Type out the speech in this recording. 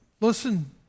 listen